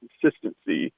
consistency